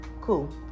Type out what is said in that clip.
cool